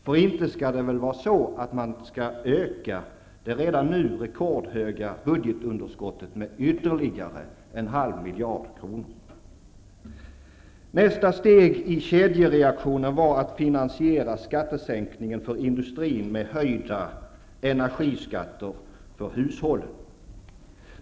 Inte skall de väl öka det redan redordhöga budgetunderskottet med ytterligare en halv miljard kronor? Nästa steg i kedjereaktionen var att finansiera skattesänkningen för industrin med höjda energiskatter för hushållen.